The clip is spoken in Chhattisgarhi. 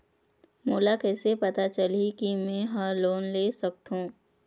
मोला कइसे पता चलही कि मैं ह लोन ले सकथों?